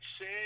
say